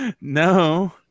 No